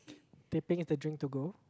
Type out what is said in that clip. teh peng is the drink to go